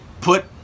put